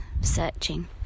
searching